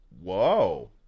Whoa